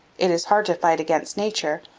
it is hard to fight against nature,